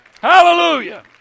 Hallelujah